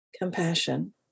compassion